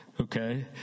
okay